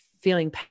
feeling